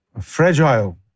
fragile